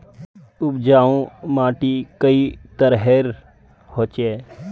उपजाऊ माटी कई तरहेर होचए?